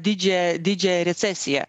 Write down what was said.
didžiąją didžiąją recesiją